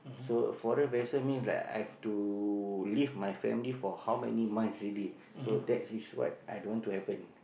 so foreign vessels mean like I have to leave my family for how many months already so that is what i don't want to happen